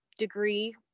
Degree